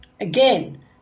Again